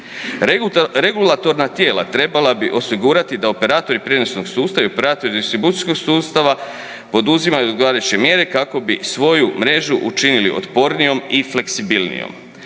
Regulatorna tijela treba bi osigurati da operatori prijenosnog sustav i operatori distribucijskog sustava poduzimaju odgovarajuće mjere kako bi svoju mrežu učinili otpornijom i fleksibilnijom.